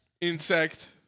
insect